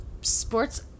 sports